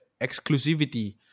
Exclusivity